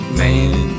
man